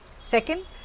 second